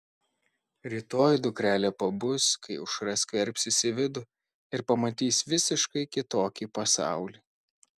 rytoj dukrelė pabus kai aušra skverbsis į vidų ir pamatys visiškai kitokį pasaulį